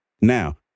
Now